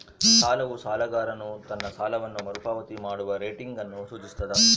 ಸಾಲವು ಸಾಲಗಾರನು ತನ್ನ ಸಾಲವನ್ನು ಮರುಪಾವತಿ ಮಾಡುವ ರೇಟಿಂಗ್ ಅನ್ನು ಸೂಚಿಸ್ತದ